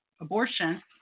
abortion